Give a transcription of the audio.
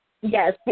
Yes